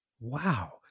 Wow